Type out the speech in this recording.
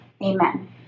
Amen